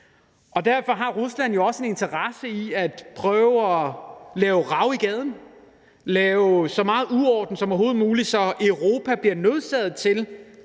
Og derfor har Rusland jo også en interesse i at prøve at lave rav i gaden – lave så meget uorden som overhovedet muligt, så Europa bliver nødsaget til